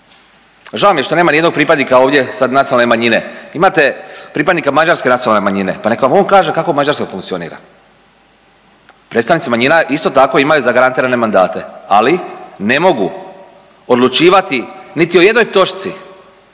Žao mi je što nema nijednog pripadnika ovdje sad nacionalne manjine, imate pripadnike mađarske nacionalne manjine pa nek vam on kaže kako u Mađarskoj funkcionira. Predstavnici manjina isto tako imaju zagarantirane mandate, ali ne mogu odlučivati niti o jednoj točci